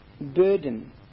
burden